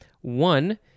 One